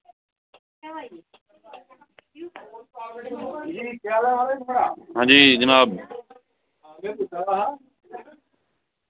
आं जी जनाब